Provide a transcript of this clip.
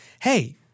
hey